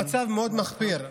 המצב מאוד מחפיר,